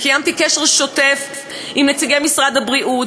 וקיימתי קשר שוטף עם נציגי משרד הבריאות